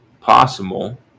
possible